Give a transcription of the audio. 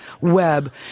web